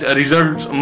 results